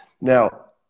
Now